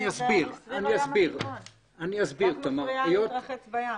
היא רק מפריעה להתרחץ בים.